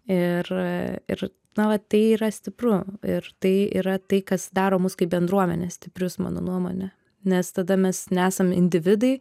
ir ir na vat tai yra stipru ir tai yra tai kas daro mus kaip bendruomenę stiprius mano nuomone nes tada mes nesam individai